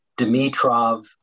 Dimitrov